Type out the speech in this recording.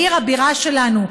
בעיר הבירה שלנו,